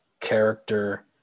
character